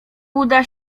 uda